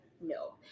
no